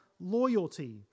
loyalty